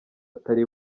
atari